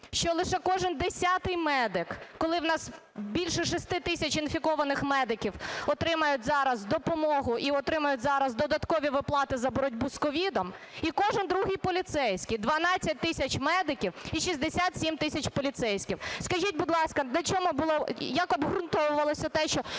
що лише кожен десятий медик, коли у нас більше 6 тисяч інфікованих медиків, отримають зараз допомогу і отримають зараз додаткові виплати за боротьбу з COVID і кожен другий поліцейський? 12 тисяч медиків і 67 тисяч поліцейських. Скажіть, будь ласка, на чому було… як обґрунтовувалося те, що…